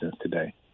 today